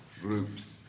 groups